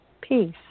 peace